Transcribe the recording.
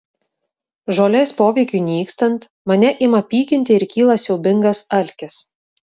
žolės poveikiui nykstant mane ima pykinti ir kyla siaubingas alkis